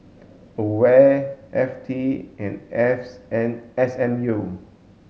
AWARE F T and S and S M U